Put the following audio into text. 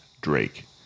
Drake